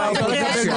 תתפלא, גם לך יש גבולות.